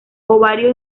ovario